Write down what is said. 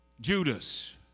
Judas